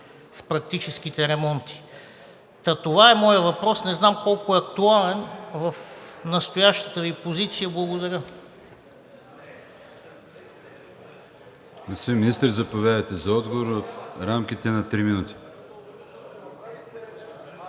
с практическите ремонти. Това е моят въпрос и не знам колко е актуален в настоящата Ви позиция. Благодаря.